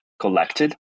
collected